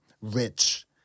Rich